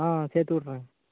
ஆ சேர்த்துவுடுறேன்